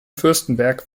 fürstenberg